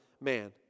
man